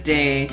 Day